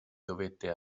dovette